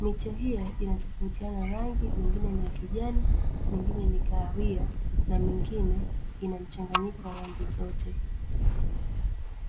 Miche hiyo inatofautiana rangi, mengine ni ya kijani, mingine ni kahawia na mingine ina mchanganyiko wa rangi zote.